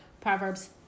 Proverbs